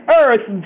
earth